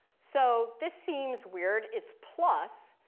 so this seems weird. it's plus,